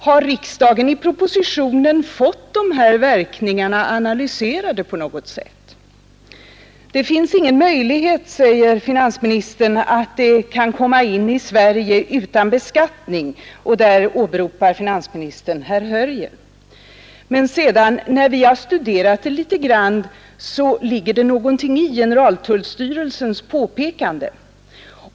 Har riksdagen i propositionen fått dessa verkningar analyserade på något sätt? Det finns ingen möjlighet, säger finansministern, att föra in sådana trycksaker i Sverige utan beskattning. På den punkten åberopar finansministern herr Hörjel. Men när vi studerat detta har vi funnit att det ligger någonting i generaltullstyrelsens påpekande.